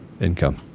income